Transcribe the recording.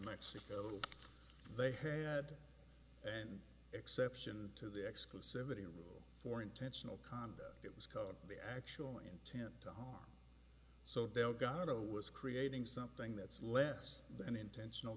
mexico they had an exception to the exclusivity rule for intentional conduct it was caught the actual intent to harm so delgado was creating something that's less than intentional